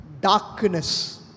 darkness